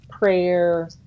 prayer